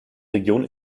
region